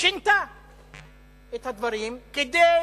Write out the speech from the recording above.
שינתה את הדברים כדי